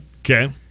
Okay